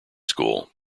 school